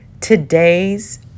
Today's